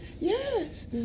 Yes